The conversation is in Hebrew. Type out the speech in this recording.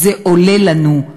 זה עולה לנו,